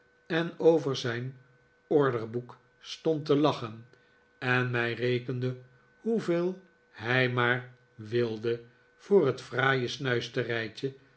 en over zijn orderboek stond te lachen en mij rekende zooveel hij maar wilde voor het fraaie snuisterijtje